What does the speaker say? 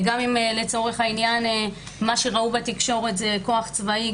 גם אם לצורך העניין מה שראו בתקשורת זה כוח צבאי,